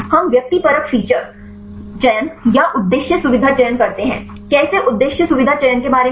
हम व्यक्तिपरक फीचर चयन या उद्देश्य सुविधा चयन करते हैं कैसे उद्देश्य सुविधा चयन के बारे में